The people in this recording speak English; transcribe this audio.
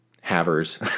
havers